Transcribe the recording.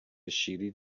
شیری